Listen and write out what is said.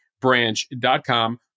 branch.com